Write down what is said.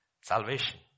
Salvation